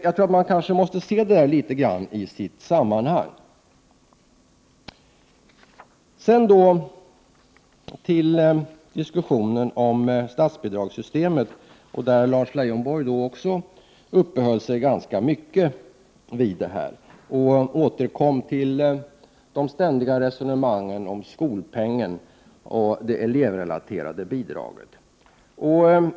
Jag tror att man måste se detta i sitt sammanhang. När det sedan gäller diskussionen om statsbidragssystemet uppehöll sig Lars Leijonborg ganska mycket vid detta och återkom till det ständiga resonemanget om skolpeng och elevrelaterat bidrag.